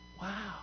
Wow